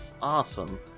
Awesome